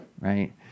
Right